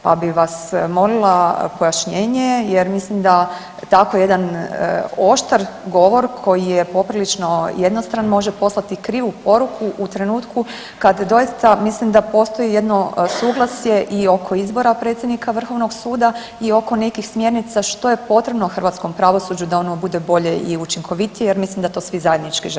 Pa bi vas molila pojašnjenje jer mislim da tako jedan oštar govor koji je poprilično jednostran može poslati krivu poruku u trenutku kad doista mislim da postoji jedno suglasje i oko izbora predsjednika vrhovnog suda i oko nekih smjernica što je potrebno hrvatskom pravosuđu da ono bude bolje i učinkovitije jer mislim da to svi zajednički želimo.